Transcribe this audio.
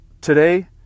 Today